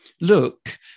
look